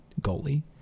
goalie